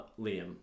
Liam